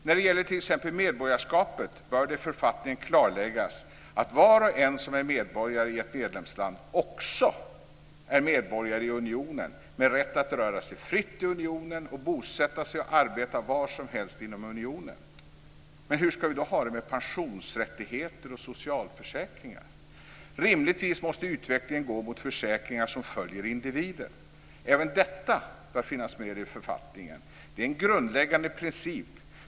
När det gäller t.ex. medborgarskapet bör det i författningen klarläggas att var och en som är medborgare i ett medlemsland också är medborgare i unionen med rätt att röra sig fritt i unionen och bosätta sig och arbeta var som helst inom unionen. Men hur ska vi då ha det med pensionsrättigheter och socialförsäkringar? Rimligtvis måste utvecklingen gå mot försäkringar som följer individen. Även detta bör finnas med i författningen. Det är en grundläggande princip.